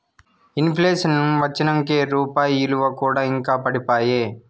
in ప్లేషన్ వచ్చినంకే రూపాయి ఇలువ కూడా ఇంకా పడిపాయే